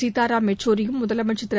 சீதாராம் பெச்சூரியும் முதலமைச்சர் திரு